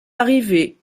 arrivé